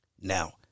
Now